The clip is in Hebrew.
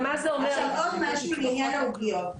עוד משהו לעניין העוגיות.